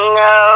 no